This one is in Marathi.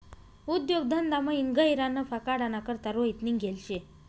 उद्योग धंदामयीन गह्यरा नफा काढाना करता रोहित निंघेल शे